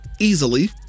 easily